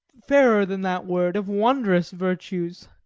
fairer than that word, of wondrous virtues.